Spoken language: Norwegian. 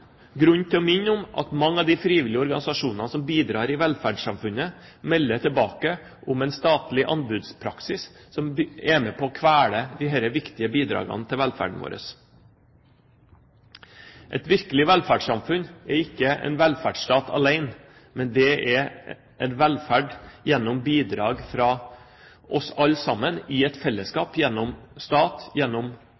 grunn til å minne om at mange av de frivillige organisasjonene som bidrar i velferdssamfunnet, melder tilbake om en statlig anbudspraksis som er med på å kvele disse viktige bidragene til velferden vår. Et virkelig velferdssamfunn er ikke en velferdsstat alene. Det er velferd gjennom bidrag fra oss alle sammen i et